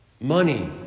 money